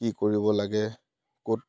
কি কৰিব লাগে ক'ত